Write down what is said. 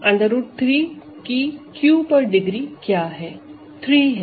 √3 की Q पर degree क्या है 3 है